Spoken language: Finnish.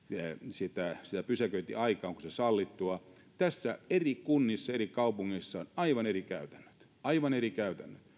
sitä sitä pysäköintiaikaa onko se sallittua tässä on eri kunnissa eri kaupungeissa aivan eri käytännöt aivan eri käytännöt